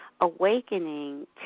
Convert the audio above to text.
awakening